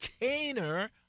container